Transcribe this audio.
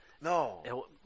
No